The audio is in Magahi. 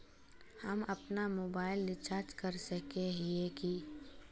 हम अपना मोबाईल रिचार्ज कर सकय हिये की?